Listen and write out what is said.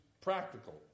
practical